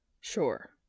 Sure